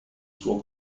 suo